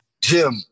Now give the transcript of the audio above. Jim